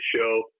show